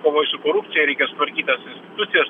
kovoj su korupcija reikia sutvarkyt tas institucijas